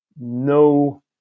no